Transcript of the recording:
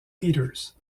peters